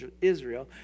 Israel